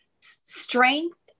strength